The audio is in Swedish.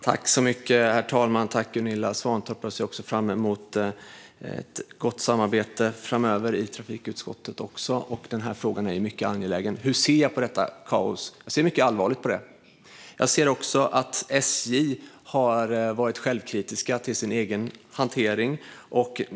Herr talman! Jag tackar Gunilla Svantorp för en angelägen fråga och ser fram emot ett gott samarbete med trafikutskottet. Hur ser jag på detta kaos? Jag ser mycket allvarligt på det. Jag ser också att SJ har varit självkritiskt till sin egen hantering.